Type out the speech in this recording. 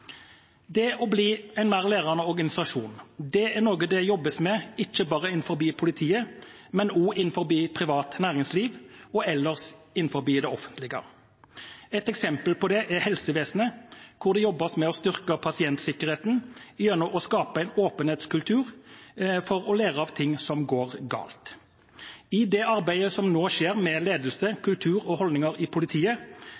Det å bli en mer lærende organisasjon er noe det jobbes med ikke bare innenfor politiet, men også innenfor privat næringsliv og ellers innenfor det offentlige. Ett eksempel på det er helsevesenet, hvor det jobbes med å styrke pasientsikkerheten gjennom å skape en åpenhetskultur for å lære av ting som går galt. I det arbeidet som nå skjer med ledelse, kultur og holdninger i politiet,